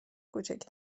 کوچک